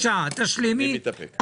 תשלימי, בבקשה.